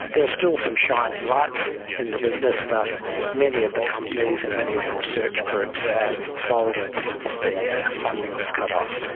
there are still some shining lights in the business, but many of the companies and many of the research groups have folded since the yeah funding was cut off.